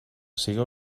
sigueu